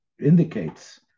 indicates